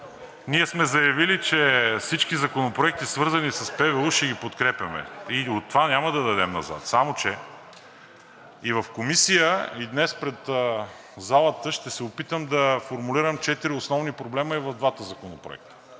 Ние сме заявили, че всички законопроекти, свързани с ПВУ, ще ги подкрепяме и от това няма да дадем назад. Само че и в Комисия, и днес пред залата ще се опитам да формулирам четири основни проблема и в двата законопроекта.